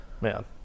Man